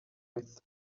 myth